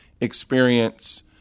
experience